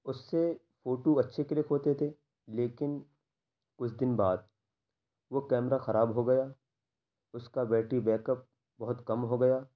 اس سے فوٹو اچھے کلک ہوتے تھے لیکن کچھ دن بعد وہ کیمرہ خراب ہو گیا اس کا بیٹری بیک اپ بہت کم ہو گیا